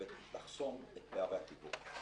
היא בעצם תחסום את פערי התיווך.